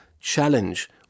challenge